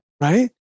right